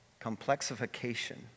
complexification